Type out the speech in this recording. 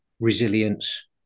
Resilience